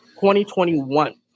2021